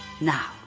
now